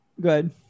good